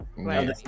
Right